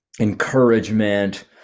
encouragement